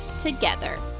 together